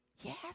Yes